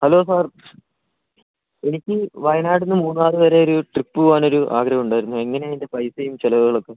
hello sir എനിക്ക് വയനാടിൽ നിന്ന് മൂന്നാറ് വരെ ഒരു ട്രിപ്പ് പോകാനൊരു ആഗ്രഹുണ്ടായിരുന്നു എങ്ങനെ ആണ് അതിൻ്റെ പൈസയും ചിലവുകളൊക്കെ